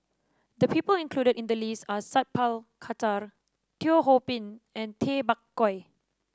the people included in the list are Sat Pal Khattar Teo Ho Pin and Tay Bak Koi